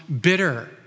bitter